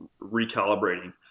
recalibrating